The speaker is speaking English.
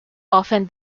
often